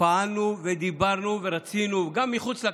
פעלנו ודיברנו ורצינו, גם מחוץ לכנסת,